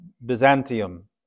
Byzantium